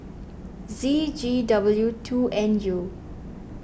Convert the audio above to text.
Z G W two N U